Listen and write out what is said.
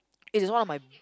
it's one of my